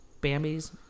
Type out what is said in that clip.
Bambi's